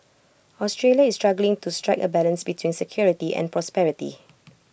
Australia is struggling to strike A balance between security and prosperity